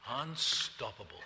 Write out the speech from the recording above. unstoppable